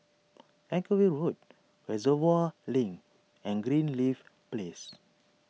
Anchorvale Road Reservoir Link and Greenleaf Place